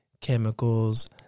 chemicals